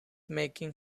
making